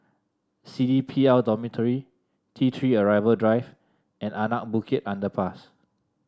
C D P L Dormitory T Three Arrival Drive and Anak Bukit Underpass